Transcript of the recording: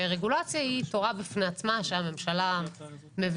שרגולציה היא תורה בפני עצמה שהממשלה מבינה